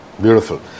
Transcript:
Beautiful